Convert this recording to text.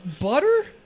Butter